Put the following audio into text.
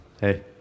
Hey